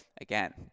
again